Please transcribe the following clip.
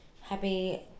Happy